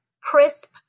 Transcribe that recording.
crisp